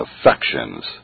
affections